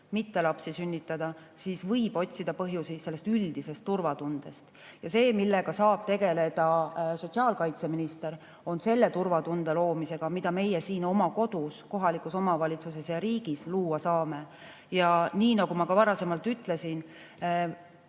mitte sünnitada, siis võib otsida põhjusi sellest üldisest turvatundest. Ja see, millega saab tegeleda sotsiaalkaitseminister, on turvatunde loomine. Seda me oma kodus, kohalikus omavalitsuses ja riigis luua saame. Ja nii nagu ma varasemalt ütlesin,